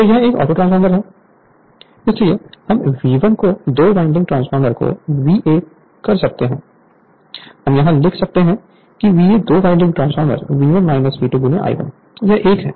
तो यह एक ऑटोट्रांसफॉर्मर है इसलिए हम VA दो वाइंडिंग ट्रांसफार्मर को VA कर सकते हैं हम यहां लिख सकते हैं कि VA दो winding transformer V1 V2 I1 यह एक है